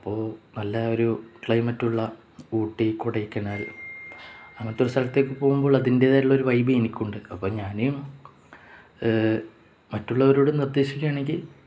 അപ്പോള് നല്ല ഒരു ക്ലൈമറ്റുള്ള ഊട്ടി കൊടൈക്കനാൽ അങ്ങനത്തെയൊരു സ്ഥലത്തേക്കു പോകുമ്പോൾ അതിന്റേതായിട്ടുള്ളൊരു വൈബ് എനിക്കുണ്ട് അപ്പോള് ഞാന് മറ്റുള്ളവരോടു നിർദ്ദേശിക്കുയാണെങ്കില്